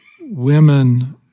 women